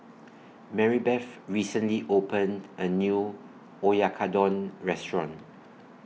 Marybeth recently opened A New Oyakodon Restaurant